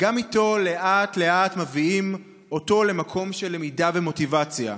וגם אותו לאט-לאט מביאים למקום של למידה ומוטיבציה.